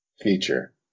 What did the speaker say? feature